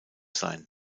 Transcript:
sein